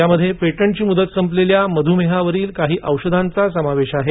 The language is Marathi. यामध्ये पेटंटची मुदत संपलेल्या मधुमेहावरील काही औषधांचाही समावेश आहे